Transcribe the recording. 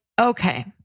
okay